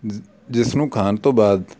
ਜਿ ਜਿਸ ਨੂੰ ਖਾਣ ਤੋਂ ਬਾਅਦ